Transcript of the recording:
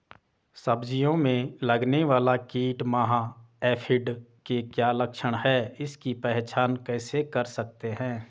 सब्जियों में लगने वाला कीट माह एफिड के क्या लक्षण हैं इसकी पहचान कैसे कर सकते हैं?